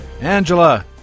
Angela